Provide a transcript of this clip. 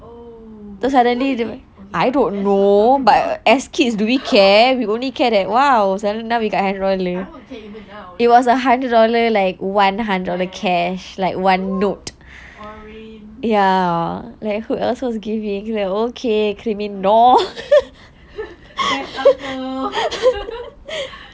oh then where they oh okay nevermind let's not talk about I don't care even now ya ya ya orange okay best uncle